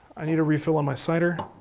i need a refill on my cider,